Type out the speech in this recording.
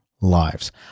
lives